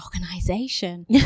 organization